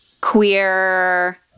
queer